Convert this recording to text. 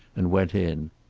and went in.